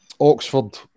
Oxford